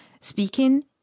speaking